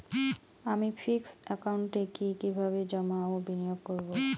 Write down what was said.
আমি ফিক্সড একাউন্টে কি কিভাবে জমা ও বিনিয়োগ করব?